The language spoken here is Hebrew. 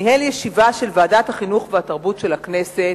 ניהל ישיבה של ועדת החינוך והתרבות של הכנסת